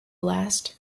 last